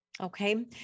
Okay